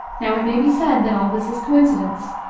now it may be said that all this is coincidence.